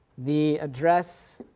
the address